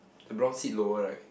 the brown seat lower right